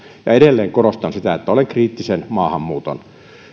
ja edelleen korostan sitä että olen kriittisen maahanmuuton